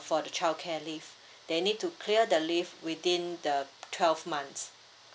for the childcare leave they need to clear the leave within the twelve months